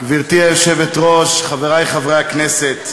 גברתי היושבת-ראש, חברי חברי הכנסת,